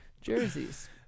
jerseys